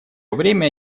время